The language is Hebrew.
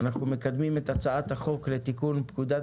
אנחנו מקדמים את הצעת החוק לתיקון פקודת